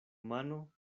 mano